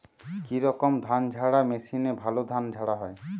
কি রকম ধানঝাড়া মেশিনে ভালো ধান ঝাড়া হয়?